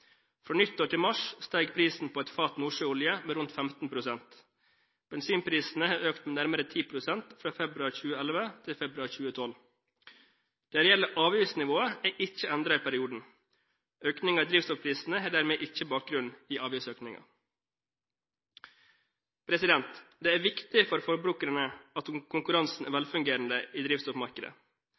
Fra nyttår til mars steg prisen på et fat nordsjøolje med rundt 15 pst. Bensinprisene har økt med nærmere 10 pst. fra februar 2011 til februar 2012. Det reelle avgiftsnivået er ikke endret i perioden. Økningen i drivstoffprisene har dermed ikke bakgrunn i avgiftsøkninger. Det er viktig for forbrukerne at konkurransen i drivstoffmarkedet er velfungerende.